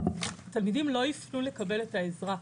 אז תלמידים לא יפנו לקבל את העזרה.